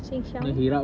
sing song